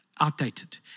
outdated